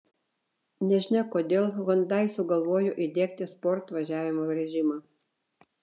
nežinia kodėl hyundai sugalvojo įdiegti sport važiavimo režimą